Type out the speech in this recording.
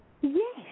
Yes